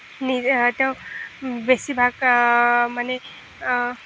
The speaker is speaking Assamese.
তেওঁ বেছিভাগ মানে